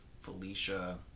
felicia